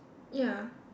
ya